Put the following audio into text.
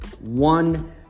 one